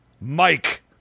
Mike